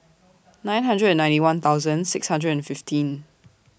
nine hundred and ninety one thousand six hundred and fifteen